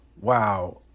Wow